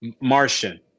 Martian